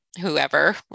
whoever